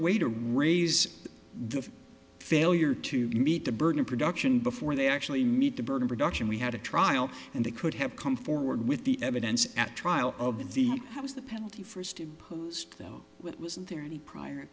way to raise the failure to meet the burden of production before they actually meet the burden production we had a trial and they could have come forward with the evidence at trial of if he was the penalty first imposed though with wasn't there any prior